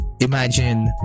Imagine